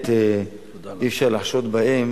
שאי-אפשר לחשוד בהם